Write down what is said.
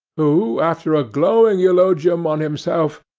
who, after a glowing eulogium on himself,